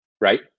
right